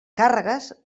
càrregues